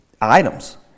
items